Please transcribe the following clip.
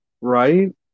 Right